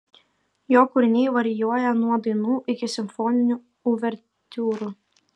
jo kūriniai varijuoja nuo dainų iki simfoninių uvertiūrų